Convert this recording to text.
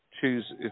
choose